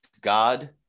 God